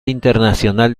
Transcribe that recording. internacional